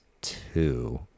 two